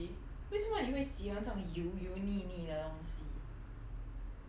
种东西为什么你会喜欢这种油油腻腻的东西